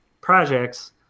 projects